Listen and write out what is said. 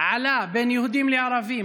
בין יהודים לערבים,